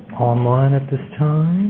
online at this time.